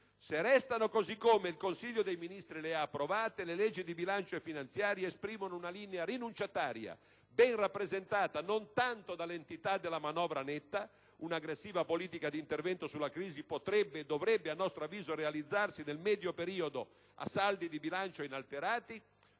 Se restano così come il Consiglio dei ministri le ha approvate, le leggi di bilancio e finanziaria esprimono una linea rinunciataria, ben rappresentata non tanto dall'entità della manovra netta - un'aggressiva politica di intervento sulla crisi potrebbe e dovrebbe a nostro avviso realizzarsi, nel medio periodo, a saldi di bilancio inalterati